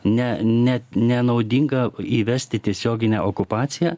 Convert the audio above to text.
ne net nenaudinga įvesti tiesioginę okupaciją